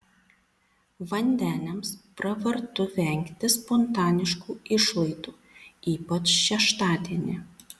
vandeniams pravartu vengti spontaniškų išlaidų ypač šeštadienį